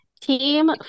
Team